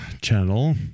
channel